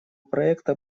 проекта